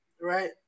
Right